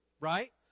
Right